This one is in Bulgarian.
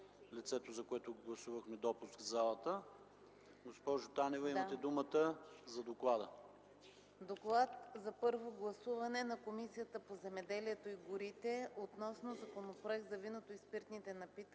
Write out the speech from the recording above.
лицето, за което гласувахме допуск, в залата. Госпожо Танева, имате думата за доклада. ДОКЛАДЧИК ДЕСИСЛАВА ТАНЕВА: „ДОКЛАД за първо гласуване на Комисията по земеделието и горите относно Законопроект за виното и спиртните напитки,